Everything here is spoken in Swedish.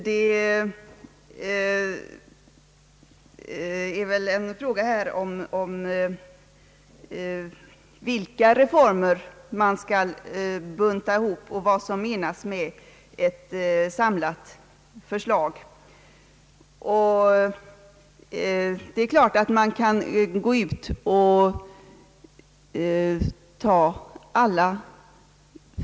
Herr talman! Ja, herr Dahlén, här är väl frågan vad som menas med ett samlat förslag och vilka reformer man skall bunta ihop.